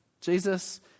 Jesus